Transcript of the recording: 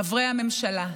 חברי הממשלה,